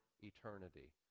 eternity